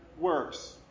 works